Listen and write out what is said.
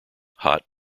hot